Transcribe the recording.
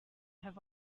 have